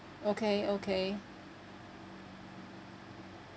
okay okay